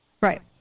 Right